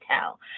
tell